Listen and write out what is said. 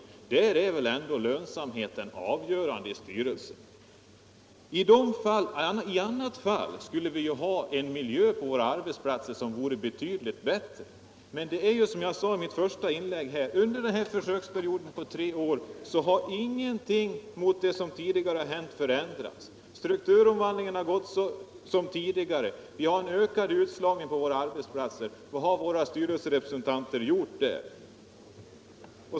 I styrelsen är väl ändå lönsamheten avgörande. I annat fall skulle vi ju ha en betydligt bättre miljö på våra arbetsplatser. Men som jag sade i mitt första inlägg har under den här försöksperioden på tre år ingenting ändrats i förhållande till det som tidigare hänt. Strukturomvandlingen har fortsatt som tidigare. Vi har en ökad utslagning på våra arbetsplatser. Vad har våra styrelserepresentanter gjort där?